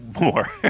more